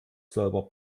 selber